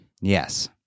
Yes